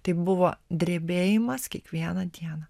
tai buvo drebėjimas kiekvieną dieną